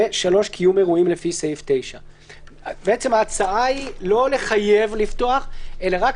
(3) קיום אירועים לפי סעיף 9. בעצם ההצעה היא לא לחייב לפתוח אלא רק